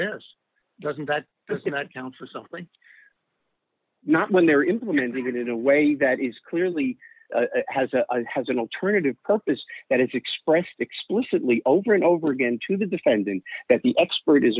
best doesn't that does not count for something not when they're implemented in a way that is clearly has a has an alternative purpose that it's expressed explicitly over and over again to the defendant that the expert is